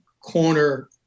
corner